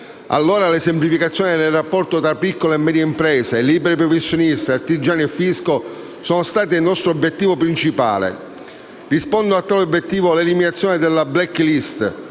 miliardi. Le semplificazioni nel rapporto tra piccole e medie imprese, liberi professionisti, artigiani e fisco, allora, sono state il nostro obiettivo principale: rispondono a tale obiettivo l'eliminazione delle *blacklist*,